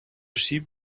sheep